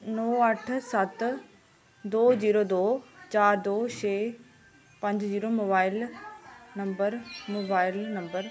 नौ अट्ठ सत्त दो जीरो दो चार दो छे पंज zero mobile number mobile number